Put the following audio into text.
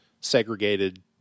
segregated